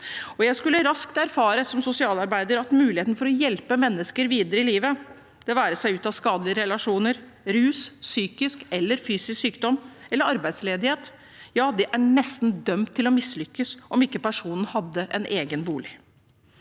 jeg også raskt erfare at muligheten for å hjelpe mennesker videre i livet – det være seg ut av skadelige relasjoner, rus, psykisk eller fysisk sykdom eller arbeidsledighet – nesten var dømt til å mislykkes om ikke personen hadde en egen bolig.